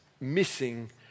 missing